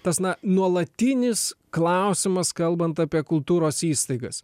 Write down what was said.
tas na nuolatinis klausimas kalbant apie kultūros įstaigas